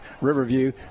Riverview